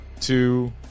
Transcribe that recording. two